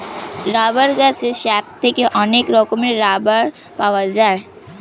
rubber গাছের sap থেকে অনেক রকমের রাবার পাওয়া যায়